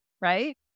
right